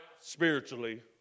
spiritually